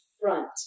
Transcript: front